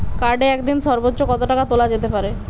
কার্ডে একদিনে সর্বোচ্চ কত টাকা তোলা যেতে পারে?